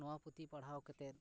ᱱᱚᱶᱟ ᱯᱩᱛᱷᱤ ᱯᱟᱲᱦᱟᱣ ᱠᱟᱛᱮᱫ